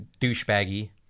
douchebaggy